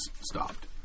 stopped